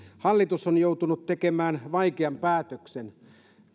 hallitus on joutunut tekemään vaikean päätöksen